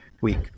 week